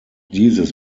dieses